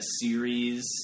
series